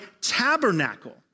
tabernacle